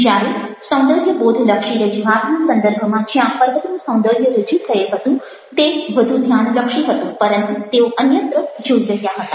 જ્યારે સૌંદર્યબોધલક્ષી રજૂઆતના સંદર્ભમાં જ્યાં પર્વતનું સૌંદર્ય રજૂ થયેલ હતું તે વધુ ધ્યાનલક્ષી હતું પરંતુ તેઓ અન્યત્ર જોઈ રહ્યા હતા